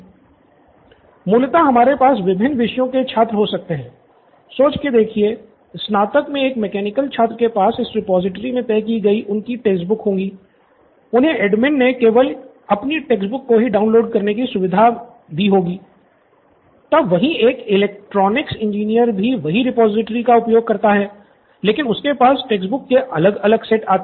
student Siddharth मूलतः हमारे पास विभिन्न विषयों के छात्र हो सकते हैं सोच के देखिये स्नातक से केवल अपनी टेक्स्ट बुक्स को ही डाउनलोड करने की सुविधा मिलेगी तब वहीं एक इलेक्ट्रॉनिक्स इंजीनियर भी वही रिपॉजिटरी का उपयोग करता है लेकिन उसके पास टेक्स्ट बुक्स के अलग अलग सेट आते हैं